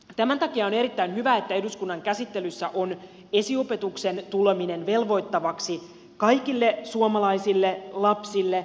tämän takia on erittäin hyvä että eduskunnan käsittelyssä on esiopetuksen tuleminen velvoittavaksi kaikille suomalaisille lapsille